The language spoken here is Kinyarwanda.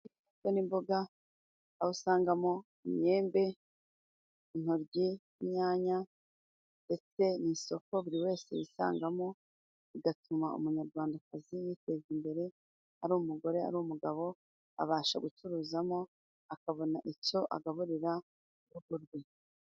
Imbuto n'imboga aho usangamo imyembe, intoryi, inyanya, mbese ni Isoko buri wese yisangamo, bigatuma umunyarwandakazi yiteza imbere. Ari umugore, ari umugabo abasha gucuruzamo, akabona icyo agaburira urugo rwe.